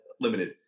Limited